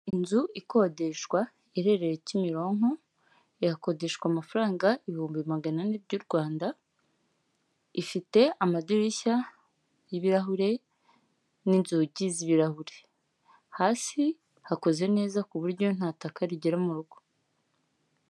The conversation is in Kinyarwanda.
Inzu ikodeshwa iherereye Kimironko, irakodeshwa amafaranga ibihumbi magana ane by'u Rwanda, ifite amadirishya y'ibirahure n'inzugi z'ibirahure. Hasi hakoze neza ku buryo nta taka rigera mu rugo.